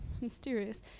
Mysterious